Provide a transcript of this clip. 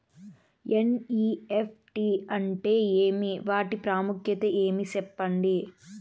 NEFT అంటే ఏమి వాటి ప్రాముఖ్యత ఏమి? సెప్పండి?